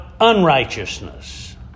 unrighteousness